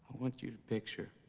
want you to picture